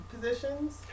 positions